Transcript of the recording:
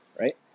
Right